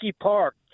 Park